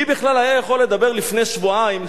מי בכלל יכול היה לדבר לפני שבועיים,